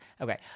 Okay